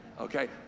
Okay